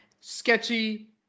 sketchy